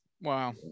wow